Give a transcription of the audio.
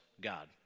God